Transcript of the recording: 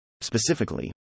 Specifically